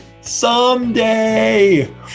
Someday